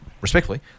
respectfully